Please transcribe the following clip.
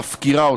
מפקירה אותך,